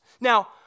Now